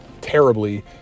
terribly